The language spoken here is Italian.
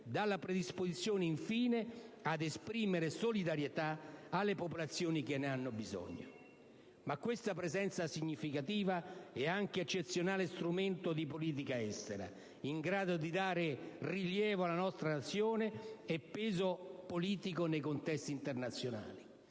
dalla predisposizione, infine, ad esprimere solidarietà alle popolazioni che ne hanno bisogno. Ma questa presenza significativa è anche eccezionale strumento di politica estera, in grado di dare rilievo alla nostra Nazione e "peso" politico nei contesti internazionali.